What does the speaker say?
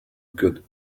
good